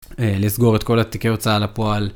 לסגור את כל התיקי הוצאה לפועל.